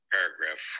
Paragraph